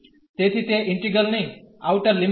તેથી તે ઇન્ટીગ્રલની આઉટર લિમિટ છે